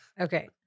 Okay